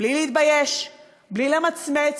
בלי להתבייש, בלי למצמץ,